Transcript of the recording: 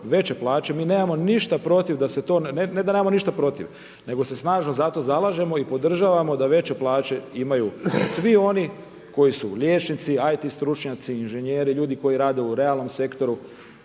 veće plaće. Mi nemamo ništa protiv da se to, ne da nemamo ništa protiv, nego se snažno za to zalažemo i podržavamo da veće plaće imaju svi oni koji su liječnici, IT stručnjaci, inženjeri, ljudi koji rade u realnom sektoru.